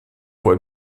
voit